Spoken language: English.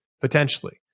Potentially